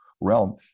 realm